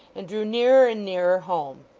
and drew nearer and nearer home.